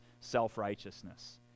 self-righteousness